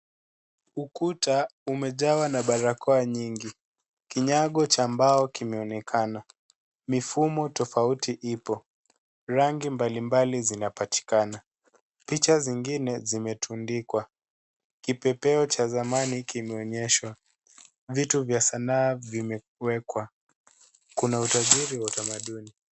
Ukuta umejawa na barakoa nyingi. Kinyago cha mbao kimeonekana. Mifumo tofauti ipo. Rangi mbalimbali zinapatikana. Picha zingine zimetundikwa. Kipepeo cha zamani kimeonyeshwa. Vitu ya sanaa vimewekwa. Kuna utajiri wa utamaduni.